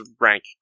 rank